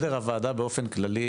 באופן כללי,